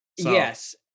Yes